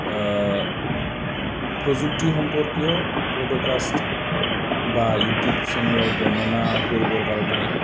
প্ৰযুক্তি সম্পৰ্কীয় পডকাষ্ট বা ইউটিউব চেনেলৰ বৰ্ণনা কৰিবৰ কাৰণে